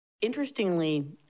Interestingly